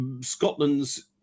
Scotland's